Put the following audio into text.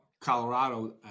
Colorado